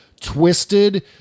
twisted